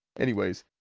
anyways.